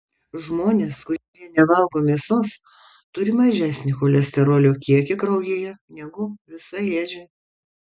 žmonės kurie nevalgo mėsos turi mažesnį cholesterolio kiekį kraujyje negu visaėdžiai